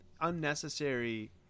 unnecessary